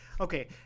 Okay